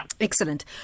Excellent